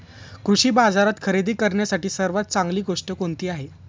कृषी बाजारात खरेदी करण्यासाठी सर्वात चांगली गोष्ट कोणती आहे?